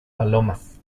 palomas